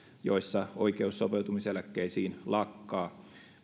joissa oikeus sopeutumiseläkkeisiin lakkaa